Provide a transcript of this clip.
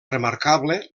remarcable